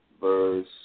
verse